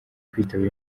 kwitaba